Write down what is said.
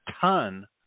ton